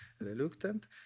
reluctant